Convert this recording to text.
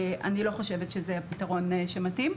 אני לא חושבת שזה הפתרון שמתאים.